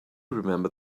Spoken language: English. remembered